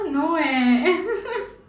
no eh